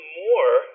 more